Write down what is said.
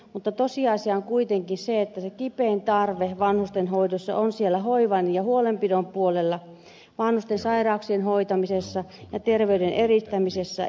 mutta tosiasia on kuitenkin että se kipein tarve vanhustenhoidossa on siellä hoivan ja huolenpidon puolella vanhuksien sairauksien hoitamisessa ja terveyden edistämisessä